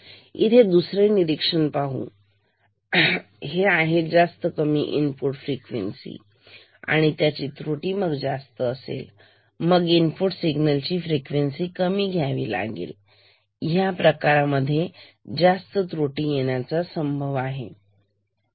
तर दुसरी दुसरे निरीक्षण पाहू हे आहे हे आहे जास्त कमी इनपुट फ्रिक्वेन्सी त्याची त्रुटी जास्त आहे मग इनपुट सिग्नल ची फ्रिक्वेन्सी कमी असेल घ्या प्रकारात तर तिथे जास्त त्रुटी येण्याचा संभव असतो